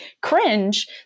cringe